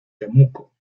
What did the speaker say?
temuco